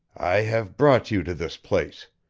i have brought you to this place.